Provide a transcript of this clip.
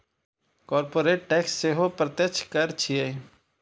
corporate tax सेहो प्रत्यक्ष कर छियै